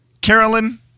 Carolyn